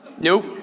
Nope